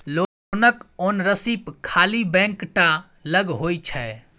लोनक ओनरशिप खाली बैंके टा लग होइ छै